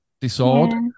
disorder